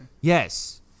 Yes